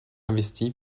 investi